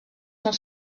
sont